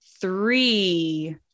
three